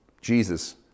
Jesus